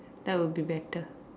that would be better